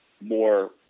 more